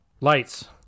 Lights